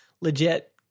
legit